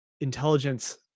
intelligence